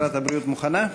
שרת הבריאות מוכנה?